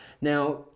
Now